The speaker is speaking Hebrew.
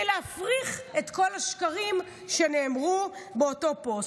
להפריך את כל השקרים שנאמרו באותו פוסט.